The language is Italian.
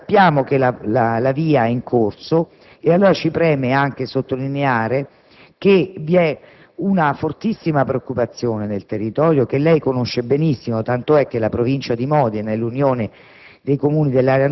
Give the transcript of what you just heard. Sappiamo che la VIA è in corso e allora ci preme sottolineare anche che vi è una fortissima preoccupazione nel territorio (che lei conosce benissimo), tant'è che la provincia di Modena e l'unione